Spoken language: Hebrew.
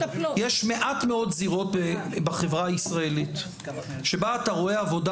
יש מעט מאוד זירות בחברה הישראלית שבה אתה רואה עבודה